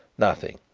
nothing.